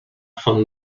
font